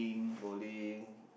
bowling